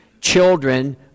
children